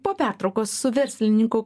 po pertraukos su verslininku